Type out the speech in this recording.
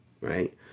right